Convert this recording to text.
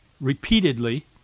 repeatedly